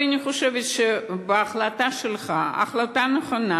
אבל אני חושבת שההחלטה שלך החלטה נכונה.